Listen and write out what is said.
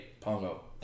Pongo